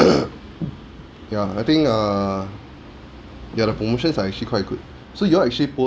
ya I think uh ya the promotions are actually quite good so you all actually po~